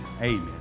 Amen